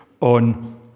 on